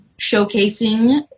showcasing